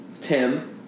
Tim